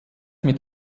mit